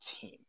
team